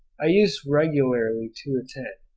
i used regularly to attend,